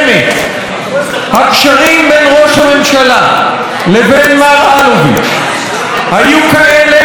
הקשרים בין ראש הממשלה לבין מר אלוביץ' היו כאלה שאסור היה